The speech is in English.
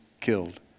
killed